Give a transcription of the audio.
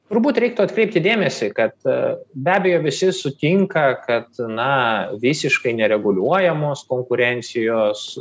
turbūt reiktų atkreipti dėmesį kad be abejo visi sutinka kad na visiškai nereguliuojamos konkurencijos